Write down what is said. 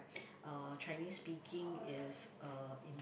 uh Chinese speaking is uh